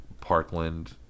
Parkland